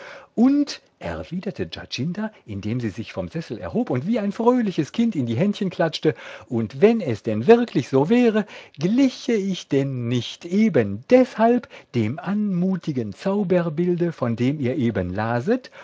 und erwiderte giacinta indem sie sich vom sessel erhob und wie ein fröhliches kind in die händchen klatschte und wenn es denn wirklich so wäre gliche ich denn nicht eben deshalb dem anmutigen zauberbilde von dem ihr eben laset